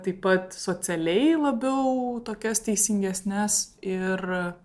taip pat socialiai labiau tokias teisingesnes ir